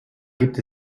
gibt